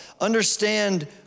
Understand